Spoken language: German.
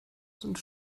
sind